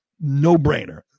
no-brainer